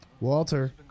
Walter